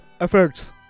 effects